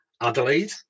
Adelaide